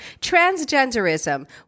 Transgenderism